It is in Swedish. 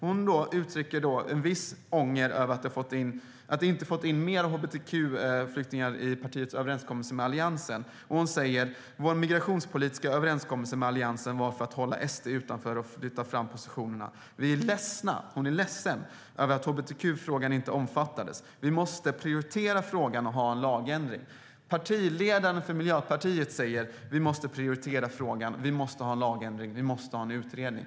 Hon uttryckte då en viss ånger över att partiet inte hade fått in mer av hbtq-flyktingar i överenskommelsen om migrationspolitiken med Alliansen. Hon säger: Vår migrationspolitiska överenskommelse med Alliansen var för att hålla SD utanför och flytta fram positionen. Hon är ledsen över att hbtq-frågan inte omfattades. Vi måste prioritera frågan och ha en lagändring. Partiledaren för Miljöpartiet säger: Vi måste prioritera frågan. Vi måste ha en lagändring. Vi måste ha en utredning.